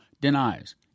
denies